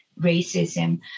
racism